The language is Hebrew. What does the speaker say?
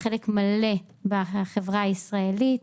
כחלק מלא בחברה הישראלית.